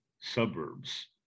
suburbs